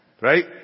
Right